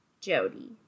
Jody